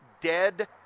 dead